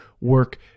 work